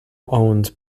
owned